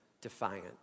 defiant